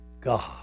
God